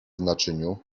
naczyniu